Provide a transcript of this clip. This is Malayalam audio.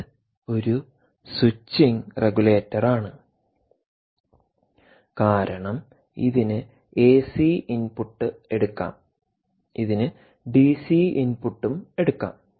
ഇത് ഒരു സ്വിച്ചിംഗ് റെഗുലേറ്ററാണ് കാരണം ഇതിന് എസി ഇൻപുട്ട് എടുക്കാം ഇതിന് ഡിസി ഇൻപുട്ടും എടുക്കാം